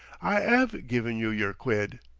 i ave given you yer quid.